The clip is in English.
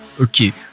Okay